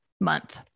month